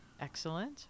excellent